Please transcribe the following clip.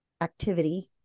activity